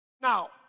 Now